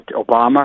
Obama